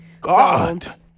God